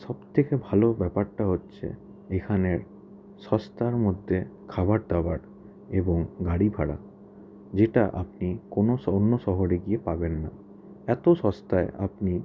সব থেকে ভালো ব্যাপারটা হচ্ছে এখানে সস্তার মধ্যে খাবার দাবার এবং গাড়ি ভাড়া যেটা আপনি কোনো শহর অন্য শহরে গিয়ে পাবেন না এত সস্তায় আপনি